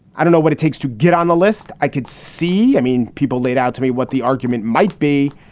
i don't know what it takes to get on the list. i could see i mean, people laid out to me what the argument might be,